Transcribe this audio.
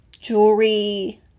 jewelry